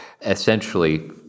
essentially